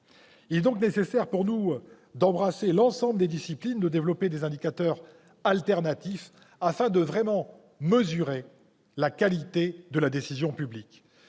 Il est donc nécessaire pour nous d'embrasser l'ensemble des disciplines, de développer des indicateurs alternatifs, afin de mesurer vraiment la qualité de la décision publique.